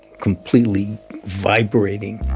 completely vibrating